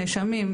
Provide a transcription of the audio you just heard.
נאשמים,